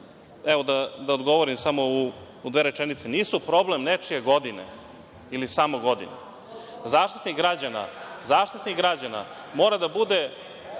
ali da odgovorim samo u dve rečenice. Nisu problem nečije godine ili samo godine. Zaštitnik građana mora da bude